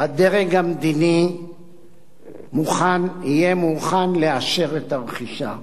הדרג המדיני יהיה מוכן לאשר את הרכישה,